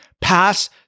pass